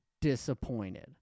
disappointed